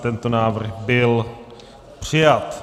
Tento návrh byl přijat.